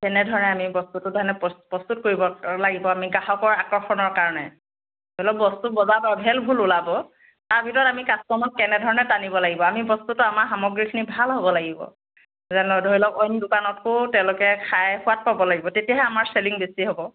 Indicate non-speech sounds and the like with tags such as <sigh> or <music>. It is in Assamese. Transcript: তেনেধৰণে আমি বস্তুটো <unintelligible> প্ৰস্তুত কৰিব লাগিব আমি গ্ৰাহকৰ আকৰ্ষণৰ কাৰণে ধৰি লওক বস্তু বজাৰত এভেলভোল ওলাব তাৰ ভিতৰত আমি কাষ্টমাৰক কেনেধৰণে টানিব লাগিব আমি বস্তুটো আমাৰ সামগ্ৰীখিনি ভাল হ'ব লাগিব যেনে ধৰি লওক অইন দোকানতকৈও তেওঁলোকে খাই সোৱাদ পাব লাগিব তেতিয়াহে আমাৰ চেলিং বেছি হ'ব